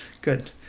good